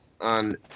on